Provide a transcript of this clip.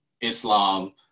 Islam